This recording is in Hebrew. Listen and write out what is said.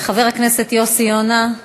חבר הכנסת יוסי יונה,